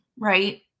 right